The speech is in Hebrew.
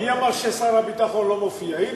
מי אמר ששר הביטחון לא מופיע?